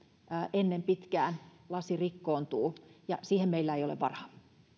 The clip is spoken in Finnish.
ennen pitkää lasi rikkoontuu ja siihen meillä ei ole varaa